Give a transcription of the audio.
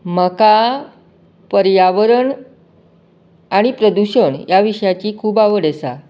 म्हाका पर्यावरण आनी प्रदुशण ह्या विशयाची खूब आवड आसा